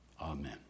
Amen